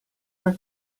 her